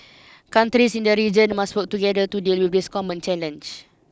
countries in the region must work together to deal with this common challenge